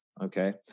okay